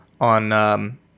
on